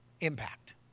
impact